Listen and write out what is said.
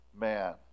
Man